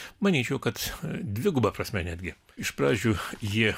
manyčiau kad dviguba prasme netgi iš pradžių jie